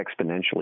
exponentially